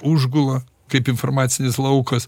užgula kaip informacinis laukas